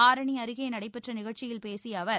ஆரணி அருகே நடைபெற்ற நிகழ்ச்சியில் பேசிய அவர்